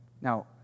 Now